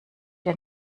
der